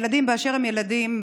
ילדים באשר הם ילדים,